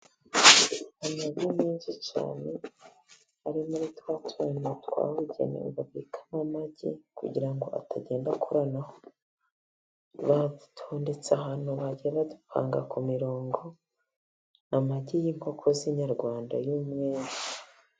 Amagi meza cyane, ari muri twa tuntu twabugenewe babikamo amagi, kugira ngo atagenda akoranaho. Badutondetse ahantu bagiye badupanga ku mirongo. Amagi y'inkoko z'inyarwanda y'umweru.